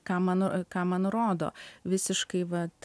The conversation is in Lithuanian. ką man ką man rodo visiškai vat